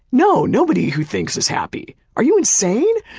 no, nobody who thinks is happy. are you insane?